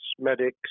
medics